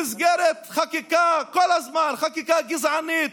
במסגרת חקיקה גזענית,